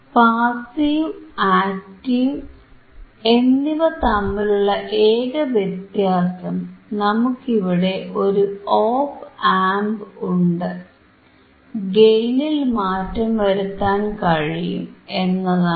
passive active എന്നിവ തമ്മിലുള്ള ഏക വ്യത്യാസം നമുക്കിവിടെ ഒരു ഓപ് ആംപ് ഉണ്ട് ഗെയിനിൽ മാറ്റം വരുത്താൻ കഴിയും എന്നതാണ്